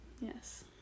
Yes